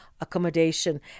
accommodation